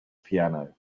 piano